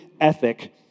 ethic